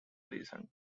recent